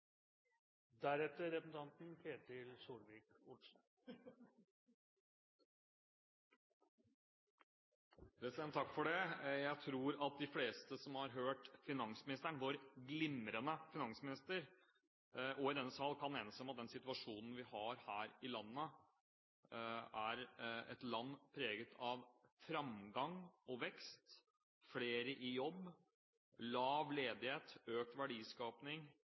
Jeg tror at de fleste i denne salen som har hørt finansministeren, vår glimrende finansminister, kan enes om at situasjonen vi har her i landet – et land preget av framgang og vekst, flere i jobb, lav ledighet, økt